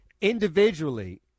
Individually